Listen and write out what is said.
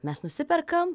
mes nusiperkam